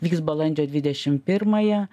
vyks balandžio dvidešim pirmąją